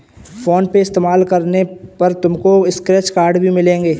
phone पे इस्तेमाल करने पर तुमको स्क्रैच कार्ड्स भी मिलेंगे